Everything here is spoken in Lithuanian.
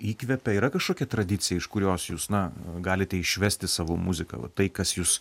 įkvepia yra kažkokia tradicija iš kurios jūs na galite išvesti savo muziką va tai kas jus